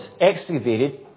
excavated